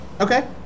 Okay